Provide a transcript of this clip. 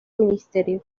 ministerio